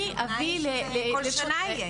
הכוונה היא שזה יהיה כל שנה.